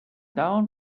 down